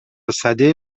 سده